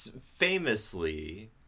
famously